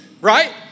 right